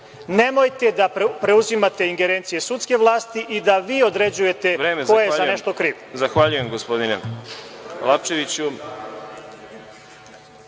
Nemojte da preuzimate ingerencije sudske vlasti i da vi određujete ko je za nešto kriv.